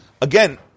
again